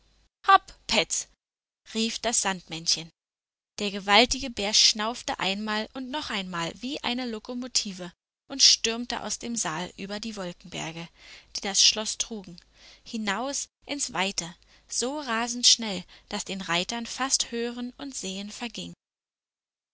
hopp petz rief das sandmännchen der gewaltige bär schnaufte einmal und noch einmal wie eine lokomotive und stürmte aus dem saal über die wolkenberge die das schloß trugen hinaus ins weite so rasend schnell daß den reitern fast hören und sehen verging